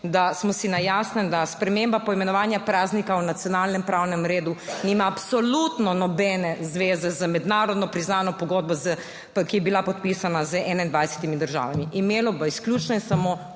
da smo si na jasnem, da sprememba imenovanja praznika v nacionalnem pravnem redu nima absolutno nobene zveze z mednarodno priznano pogodbo, ki je bila podpisana z 21. državami. Imelo bo izključno in samo